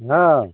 हँ